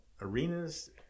arenas